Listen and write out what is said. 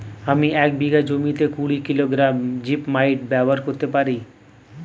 আমি এক বিঘা জমিতে কুড়ি কিলোগ্রাম জিপমাইট ব্যবহার করতে পারি?